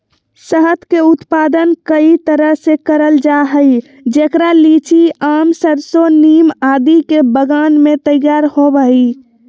शहद के उत्पादन कई तरह से करल जा हई, जेकरा लीची, आम, सरसो, नीम आदि के बगान मे तैयार होव हई